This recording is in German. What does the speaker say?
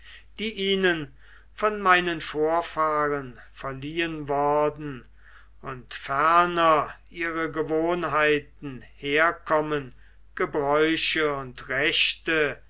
die ihnen von meinen vorfahren verliehen worden und ferner ihre gewohnheiten herkommen gebräuche und rechte